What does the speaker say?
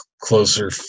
closer